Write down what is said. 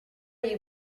you